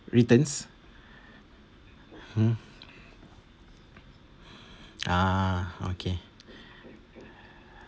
returns hmm ah okay